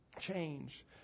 change